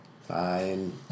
Fine